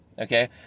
Okay